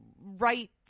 right